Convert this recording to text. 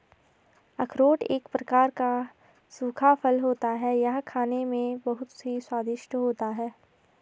अखरोट एक प्रकार का सूखा फल होता है यह खाने में बहुत ही स्वादिष्ट होता है